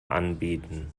anbieten